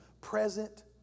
present